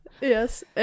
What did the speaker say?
Yes